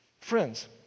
Friends